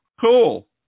cool